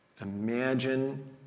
imagine